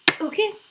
Okay